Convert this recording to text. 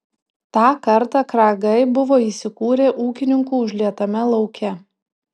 tą kartą kragai buvo įsikūrę ūkininkų užlietame lauke